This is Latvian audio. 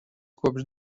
kopš